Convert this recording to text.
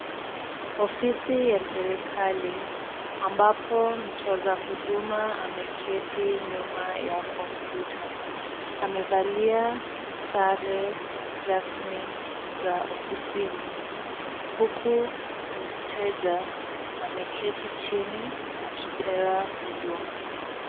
Ofisi ya serikali, ambapo mtoza huduma ameketi nyuma ya kompyuta. Amevalia sare rasmi za ofisini, huku mteja ameketi chini akipewa huduma.